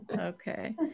Okay